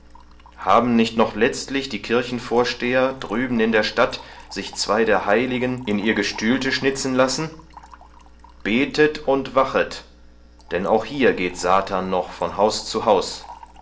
haben nicht noch letzlich die kirchenvorsteher drüben in der stadt sich zwei der heiligen in ihr gestühlte schnitzen lassen betet und wachet denn auch hier geht satan noch von haus zu haus